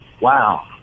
Wow